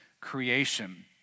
creation